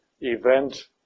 event